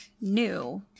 new